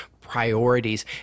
priorities